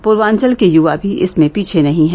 पूर्वान्वल के युवा भी इसमें पीछे नहीं है